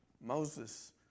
moses